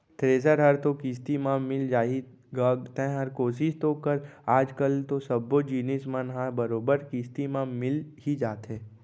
thresher हर तो किस्ती म मिल जाही गा तैंहर कोसिस तो कर आज कल तो सब्बो जिनिस मन ह बरोबर किस्ती म मिल ही जाथे